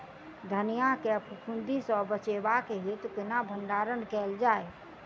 धनिया केँ फफूंदी सऽ बचेबाक हेतु केना भण्डारण कैल जाए?